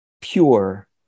pure